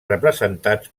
representats